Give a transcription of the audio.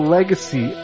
Legacy